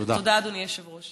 תודה, אדוני היושב-ראש.